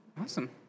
awesome